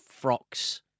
frocks